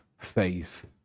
Faith